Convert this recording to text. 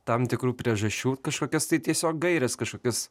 tam tikrų priežasčių kažkokias tai tiesiog gaires kažkokias